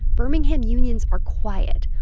birmingham unions are quiet.